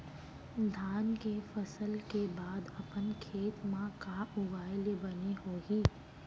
धान के फसल के बाद अपन खेत मा का उगाए ले बने होही?